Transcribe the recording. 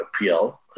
appeal